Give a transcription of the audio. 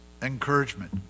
Encouragement